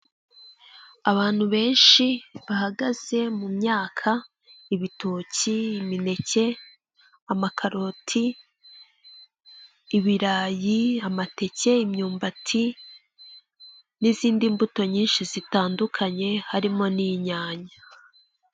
Abantu benshi bahagaze mu myaka: ibitoki, imineke, amakaroti, ibirayi, amateke, imyumbati n'izindi mbuto nyinshi zitandukanye harimo n'inyanya.